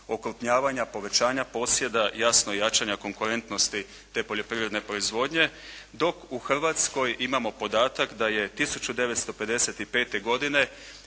okrupnjavanja, povećanja posjeda, jasno i jačanja konkurentnosti te poljoprivredne proizvodnje dok u Hrvatskoj imamo podatak da je 1955. godine